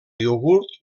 iogurt